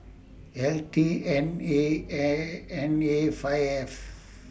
L T N A N A five F